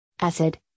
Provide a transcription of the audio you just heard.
acid